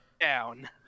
down